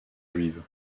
juive